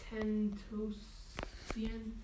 Tentosian